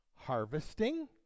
harvesting